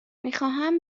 میخواهم